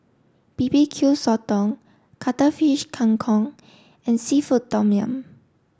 B B Q Sotong Cuttlefish Kang Kong and Seafood Tom Yum